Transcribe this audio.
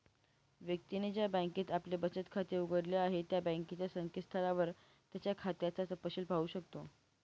व्यक्तीने ज्या बँकेत आपले बचत खाते उघडले आहे त्या बँकेच्या संकेतस्थळावर त्याच्या खात्याचा तपशिल पाहू शकतो